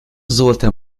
sollte